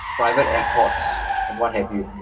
private airports and what have you.